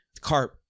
carp